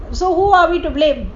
so who are we to blame